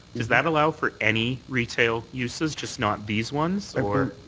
does that allow for any retail uses? just not these ones or?